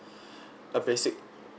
a basic